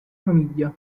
famiglia